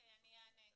אני אענה: